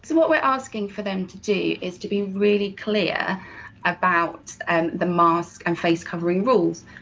what we're asking for them to do is to be really clear about and the mask and face covering rules.